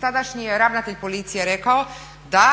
Tadašnji je ravnatelj policije rekao da